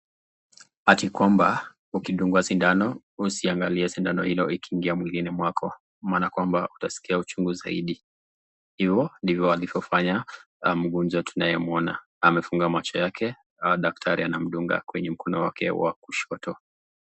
Hati kwamba ukidungwa sindano usiangalie sindano hilo ukiingia mwilini mwako maana kwamba utasikia ujungu zaidi hivo ndivyo alivyofanya mgonjwa tunayemwona amefunga macho yake alafu daktari anamdunga kwenye mkono wake wa kushoto.